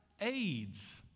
AIDS